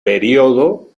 período